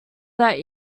that